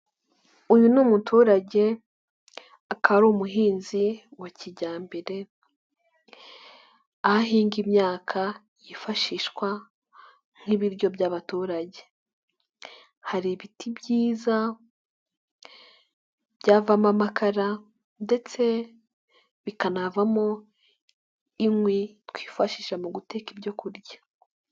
Uyu ni umuturage, akaba ari umuhinzi wa kijyambere, ahinga imyaka yifashishwa nk'ibiryo by'abaturage, hari ibiti byiza byavamo amakara ndetse bikanavamo inkwi twifashisha muteka ibyo kurya.